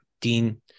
Dean